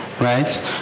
right